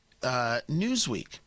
Newsweek